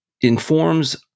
informs